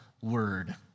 word